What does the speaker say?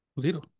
Zero